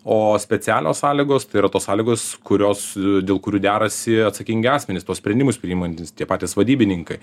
o specialios sąlygos tai yra tos sąlygos kurios dėl kurių derasi atsakingi asmenys tuos sprendimus priimantys tie patys vadybininkai